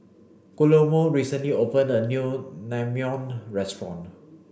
Guillermo recently opened a new Naengmyeon restaurant